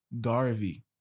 Garvey